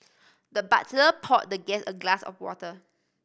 the butler poured the guest a glass of water